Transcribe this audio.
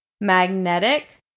magnetic